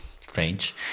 Strange